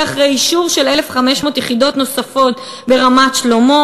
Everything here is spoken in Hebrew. וזה אחרי אישור של 1,500 יחידות נוספות ברמת-שלמה,